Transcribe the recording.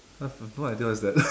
I've I have no idea what is that